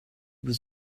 would